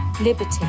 liberty